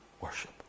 Worship